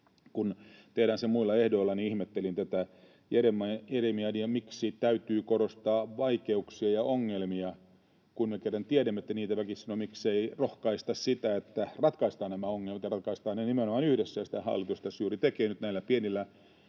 kun tehdään se muilla ehdoilla, niin ihmettelin tätä jeremiadia: Miksi täytyy korostaa vaikeuksia ja ongelmia, kun me kerran tiedämme, että niitä väkisin on? Miksei rohkaista sitä, että ratkaistaan nämä ongelmat ja ratkaistaan ne nimenomaan yhdessä? Sitä hallitus tässä juuri tekee nyt näillä pienillä